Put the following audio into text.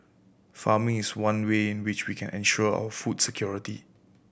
farming is one way in which we can ensure our food security